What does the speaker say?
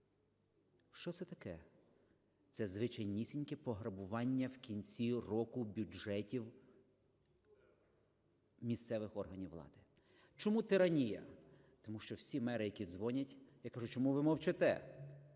Що це таке? Це звичайнісіньке пограбування в кінці року бюджетів місцевих органів влади. Чому тиранія? Тому що всі мери, які дзвонять, я кажу: "Чому ви мовчите?"